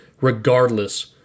regardless